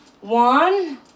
one